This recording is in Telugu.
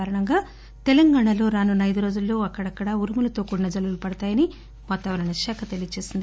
కారణంగా తెలంగాణాలో రానున్న అయిదు రోజుల్లో అక్కడక్కడా ఉరుములతో కూడిన జల్లులు కురుస్తాయని వాతావరణ శాఖ తెలియచేసింది